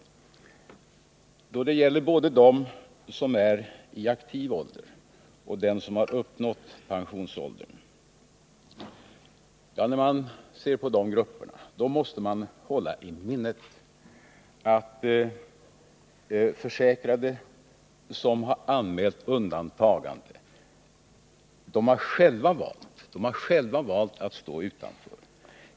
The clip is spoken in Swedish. När man ser både på dem som är i aktiv ålder och dem som har uppnått pensionsåldern måste man hålla i minnet att försäkrade som anmält undantagande själva har valt att stå utanför.